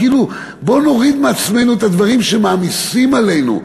כאילו: בוא נוריד מעצמנו את הדברים שמעמיסים עלינו.